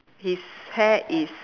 his hair is